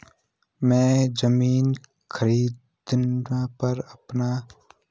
मैं ज़मीन खरीद पर अपना ऑनलाइन रेवन्यू जमा कर सकता हूँ यदि हाँ तो इसकी प्रक्रिया क्या है?